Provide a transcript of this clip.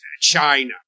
China